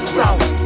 south